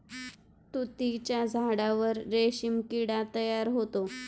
तुतीच्या झाडावर रेशीम किडा तयार होतो